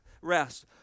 rest